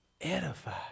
Edify